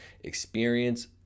experience